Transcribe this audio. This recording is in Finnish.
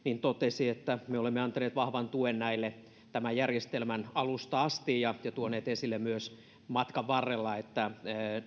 totesi että me olemme antaneet vahvan tuen näille tämän järjestelmän alusta asti ja tuoneet esille myös matkan varrella että